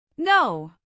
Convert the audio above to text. No